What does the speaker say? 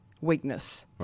weakness